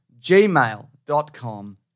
gmail.com